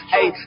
Hey